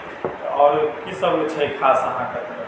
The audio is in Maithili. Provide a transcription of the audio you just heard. आओर की सभ खास जे छै खास अहाँकेँ